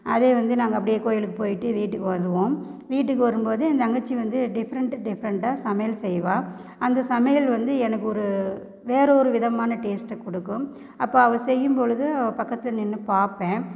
அதே வந்து நாங்கள் அப்படியே கோயிலுக்கு போயிட்டு வீட்டுக்கு வருவோம் வீட்டுக்கு வரும் போது என் தங்கச்சி வந்து டிஃப்ரெண்ட் டிஃப்ரெண்ட்டாக சமையல் செய்வாள் அந்த சமையல் வந்து எனக்கு ஒரு வேறு ஒரு விதமான டேஸ்ட்டை கொடுக்கும் அப்போ அவள் செய்யும் பொழுது அவள் பக்கத்தில் நின்று பார்ப்பேன்